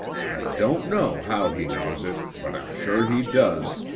i don't know how he knows it, but i'm sure he does.